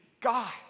God